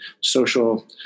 social